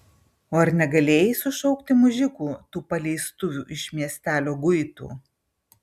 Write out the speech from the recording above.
o ar negalėjai sušaukti mužikų tų paleistuvių iš miestelio guitų